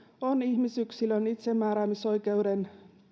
on ihmisyksilön itsemääräämisoikeuden